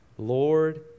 Lord